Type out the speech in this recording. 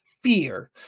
fear